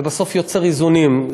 ובסוף יוצר איזונים.